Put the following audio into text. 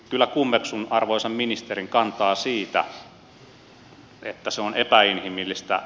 kyllä kummeksun arvoisan ministerin kantaa siitä että se on epäinhimillistä